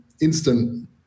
instant